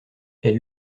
elle